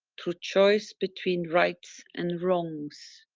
through choice, between rights and wrongs.